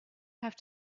have